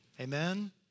Amen